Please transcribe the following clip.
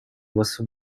was